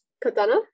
Katana